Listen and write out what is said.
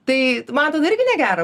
tai man tada irgi negera